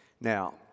Now